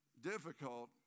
difficult